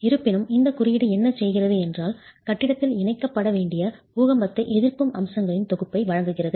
இருப்பினும் இந்த குறியீடு என்ன செய்கிறது என்றால் கட்டிடத்தில் இணைக்கப்பட வேண்டிய பூகம்பத்தை எதிர்க்கும் அம்சங்களின் தொகுப்பை வழங்குகிறது